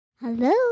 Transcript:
hello